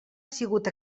sigut